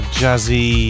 jazzy